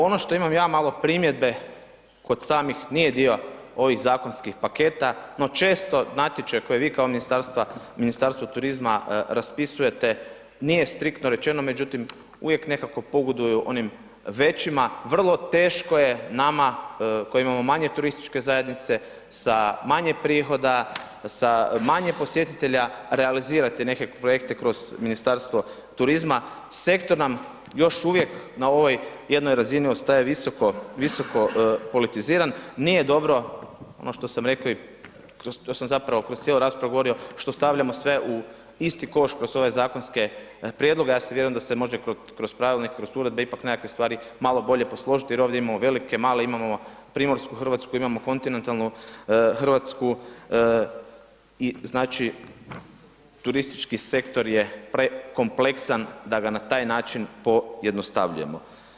Ono što imam ja malo primjedbe kod samih, nije dio ovih zakonskih paketa, no često natječaj koji vi kao Ministarstvo turizma raspisujete nije striktno rečeno, međutim, uvijek nekako pogoduju onim većima, vrlo teško je nama koji imamo manje turističke zajednice sa manje prihoda, sa manje posjetitelja, realizirat neke projekte kroz Ministarstvo turizma, sektor nam još uvijek na ovoj jednoj razini ostaje visoko, visoko politiziran, nije dobro ono što sam reko, to sam zapravo kroz cijelu raspravu govorio što stavljamo sve u isti koš kroz ove zakonske prijedloge, ja vjerujem da se može kroz pravilnik, kroz uredbe ipak nekakve stvari malo bolje posložiti jer ovdje imamo velike, male, imamo Primorsku Hrvatsku imamo Kontinentalnu Hrvatsku i znači turistički sektor je prekompleksan da ga na taj način pojednostavljujemo.